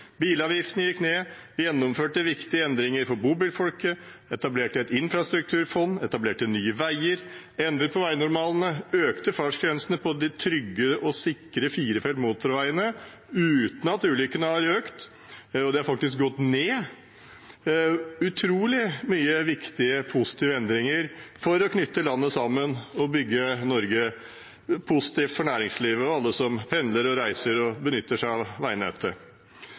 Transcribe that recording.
bilavgiftene gikk ned, vi gjennomførte viktige endringer for bobilfolket, etablerte et infrastrukturfond, etablerte Nye Veier, endret på veinormalene og økte fartsgrensene på de trygge og sikre firefelts motorveiene, uten at ulykkene har økt – de har faktisk gått ned. Det er utrolig mange viktige, positive endringer for å knytte landet sammen og bygge Norge. Det er positivt for næringslivet og alle som pendler, reiser og benytter seg av veinettet.